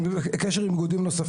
ובעזרתך אני מקווה שנקדם את זה מאוד,